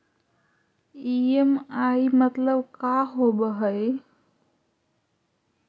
EMI मतलब का होब हइ?